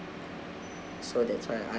so that's why I'm